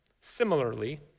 Similarly